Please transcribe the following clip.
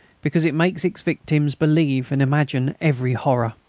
because it makes its victims believe and imagine every horror.